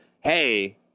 hey